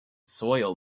soil